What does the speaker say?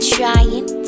trying